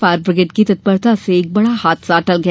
fire brigade की तत्परता से एक बड़ा हादसा टल गया